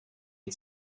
ate